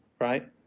right